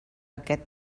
aquest